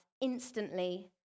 Instantly